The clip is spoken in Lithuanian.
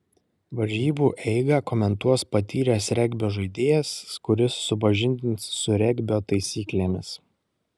varžybų eigą komentuos patyręs regbio žaidėjas kuris supažindins su regbio taisyklėmis